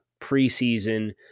preseason